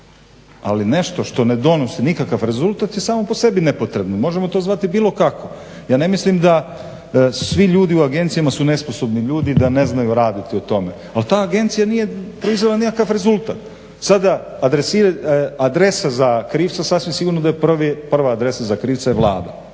ali nešto što ne donosi nikakav rezultat je samo po sebi nepotrebno. Možemo to zvati bilo kako. Ja ne mislim da svi ljudi u agencijama su nesposobni ljudi i da ne znaju raditi o tome, ali ta agencija nije proizvela nikakav rezultat. Sada adresa za krivca sasvim sigurno da je prva adresa Vlada.